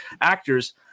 actors